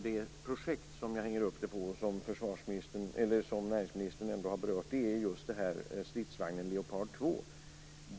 Det projekt jag hänger upp det här på, och som näringsministern också har berört, är just stridsvagnen Leopard 2.